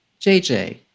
JJ